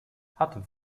hat